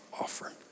offer